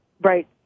Right